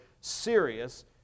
serious